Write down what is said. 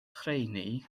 rheini